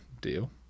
deal